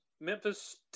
Memphis